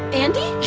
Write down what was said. andi? yeah.